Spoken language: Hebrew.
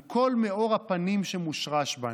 עם כל מאור הפנים שמושרש בנו,